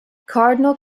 cardinal